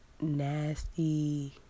nasty